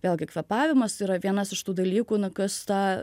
vėlgi kvėpavimas yra vienas iš tų dalykų na kas tą